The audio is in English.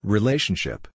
Relationship